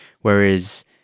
whereas